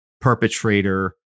perpetrator